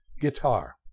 guitar